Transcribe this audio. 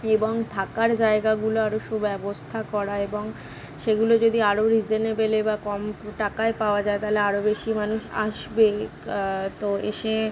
এবং থাকার জায়গাগুলো আরো সুব্যবস্থা করা এবং সেগুলো যদি আরো রিজেনেবেলে বা কম টাকায় পাওয়া যায় তালে আরো বেশি মানুষ আসবে তো এসে